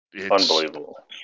unbelievable